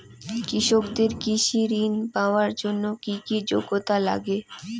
কৃষকদের কৃষি ঋণ পাওয়ার জন্য কী কী যোগ্যতা লাগে?